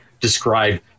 describe